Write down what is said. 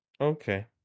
okay